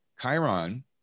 Chiron